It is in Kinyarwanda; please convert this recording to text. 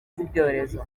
z’ibyorezo